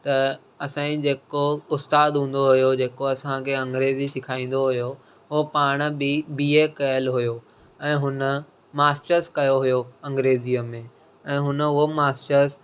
त असांजी जेको उस्ताद हूंदो हुओ जेको असांखे अंग्रेजी सिखाईंदो हुओ उहो पाण बि बी ए कयल हुओ ऐं हुन मास्ट्रस कयो हुओ अंग्रेजीअ में ऐं हुन उहो मास्ट्रस